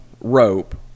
rope